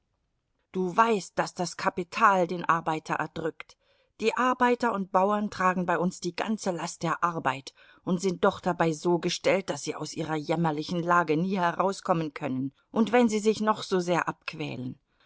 du weißt daß das kapital den arbeiter erdrückt die arbeiter und bauern tragen bei uns die ganze last der arbeit und sind doch dabei so gestellt daß sie aus ihrer jämmerlichen lage nie herauskommen können und wenn sie sich noch so sehr abquälen